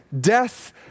death